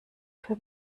für